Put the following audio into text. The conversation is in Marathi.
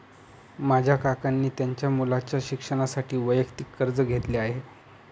माझ्या काकांनी त्यांच्या मुलाच्या शिक्षणासाठी वैयक्तिक कर्ज घेतले आहे